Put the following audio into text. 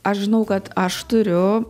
aš žinau kad aš turiu